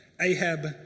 Ahab